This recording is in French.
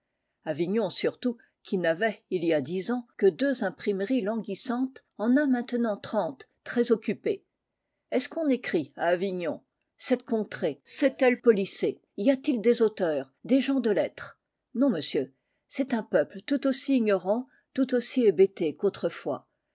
avignon surtout qui n'avait il y a dix ans que deux imprimeries languissantes en a maintenant trente très occupées est-ce qu'on écrit à avignon cette contrée s'est-elle policée y a-t-il des auteurs des gens de lettres non monsieur c'est un peuple tout aussi ignorant tout aussi hébété qu'autrefois